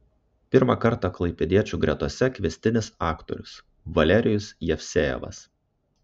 pirmą kartą klaipėdiečių gretose kviestinis aktorius valerijus jevsejevas